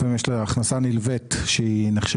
לפעמים יש לו הכנסה נלווית שהיא נחשבת